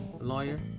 lawyer